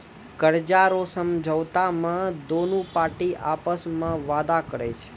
कर्जा रो समझौता मे दोनु पार्टी आपस मे वादा करै छै